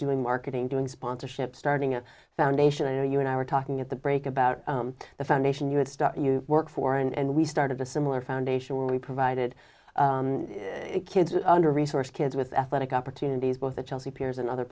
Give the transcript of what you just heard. doing marketing doing sponsorship starting a foundation and you and i were talking at the break about the foundation you would start you work for and we started a similar foundation where we provided kids under resourced kids with athletic opportunities both the chelsea piers and other